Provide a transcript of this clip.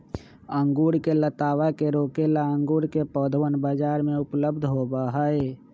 अंगूर के लतावा के रोके ला अंगूर के पौधवन बाजार में उपलब्ध होबा हई